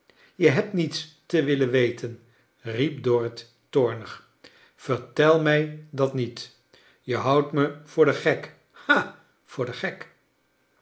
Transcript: je hebt niets te willen weten riep dorrit toornig vertel mij dat niet je houdt me voor den gek ha voor den gek